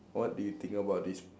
what do you think about this